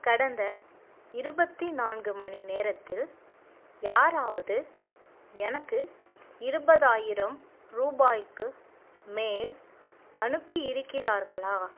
கடந்த இருபத்தி நான்கு மணி நேரத்தில் யாராவது எனக்கு இருபதாயிரம் ரூபாய்க்கு மேல் அனுப்பி இருக்கிறார்களா